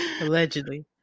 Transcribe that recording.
allegedly